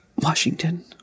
Washington